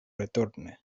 returne